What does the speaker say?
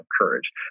courage